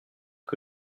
que